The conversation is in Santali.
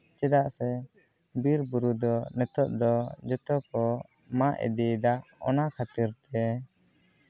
ᱪᱮᱫᱟᱜ ᱥᱮ ᱵᱤᱨᱼᱵᱩᱨᱩ ᱫᱚ ᱱᱤᱛᱚᱜ ᱫᱚ ᱡᱚᱛᱚ ᱠᱚ ᱢᱟᱜ ᱤᱫᱤᱭᱮᱫᱟ ᱚᱱᱟ ᱠᱷᱟᱹᱛᱤᱨ ᱛᱮ